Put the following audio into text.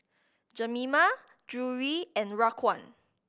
Jemima Drury and Raquan